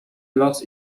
los